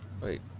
Wait